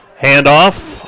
Handoff